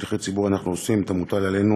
וכשליחי ציבור אנחנו עושים את המוטל עלינו